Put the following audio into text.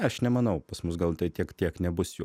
aš nemanau pas mus gal tai tiek tiek nebus jų